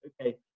okay